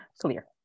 clear